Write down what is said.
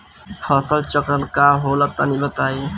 फसल चक्रण का होला तनि बताई?